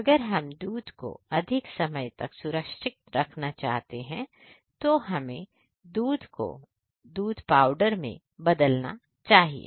अगर हम दूध को अधिक समय तक सुरक्षित रखना चाहते हैं तो हमें दूध को दूध पाउडर में बदलना चाहिए